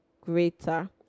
greater